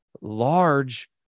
large